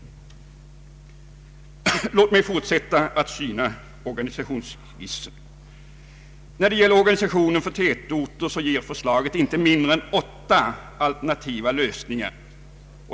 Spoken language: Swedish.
Låt mig fortsätta att syna organisationsskissen! När det gäller organisationen för tätorter ger förslaget inte mindre än åtta alternativa lösningar.